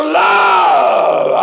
love